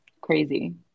Crazy